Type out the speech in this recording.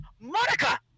Monica